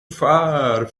far